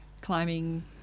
climbing